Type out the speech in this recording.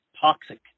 toxic